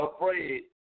afraid